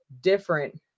different